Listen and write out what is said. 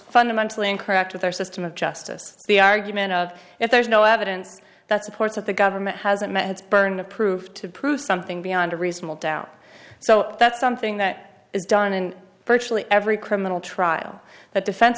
fundamentally incorrect with our system of justice the argument of if there's no evidence that supports what the government hasn't met its burden of proof to prove something beyond a reasonable doubt so that's something that is done in virtually every criminal trial that defen